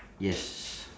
yes